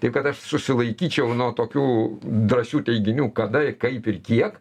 taip kad aš susilaikyčiau nuo tokių drąsių teiginių kada kaip ir kiek